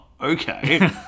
okay